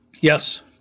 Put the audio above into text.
yes